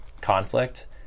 conflict